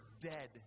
dead